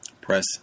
Press